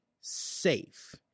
safe